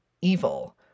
evil